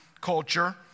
culture